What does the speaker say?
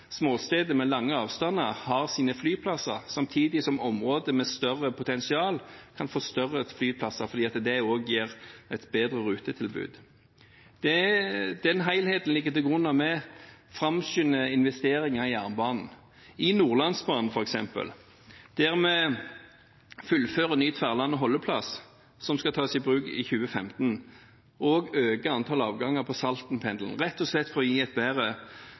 småsteder med lange avstander har sine flyplasser, samtidig som områder med større potensial kan få større flyplasser, fordi det også gir et bedre rutetilbud. Denne helheten ligger til grunn når vi framskynder investeringer i jernbanen – på Nordlandsbanen f.eks., der vi fullfører ny Tverlandet holdeplass, som skal tas i bruk i 2015, og øker antallet avganger på Saltenpendelen, rett og slett for å gi et bedre